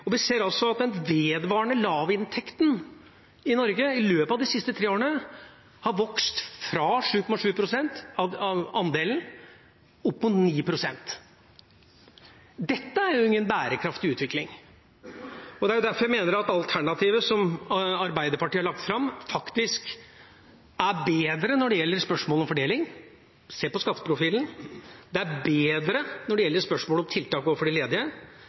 og vi ser altså at den vedvarende lavinntekten i Norge i løpet av de siste tre årene har vokst fra 7,7 pst. av andelen opp mot 9 pst. Dette er ingen bærekraftig utvikling. Det er derfor jeg mener at alternativet som Arbeiderpartiet har lagt fram, er bedre når det gjelder spørsmålet om fordeling, se på skatteprofilen, det er bedre når det gjelder spørsmålet om tiltak overfor de ledige,